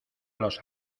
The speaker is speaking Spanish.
los